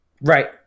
Right